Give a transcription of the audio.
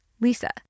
Lisa